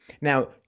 Now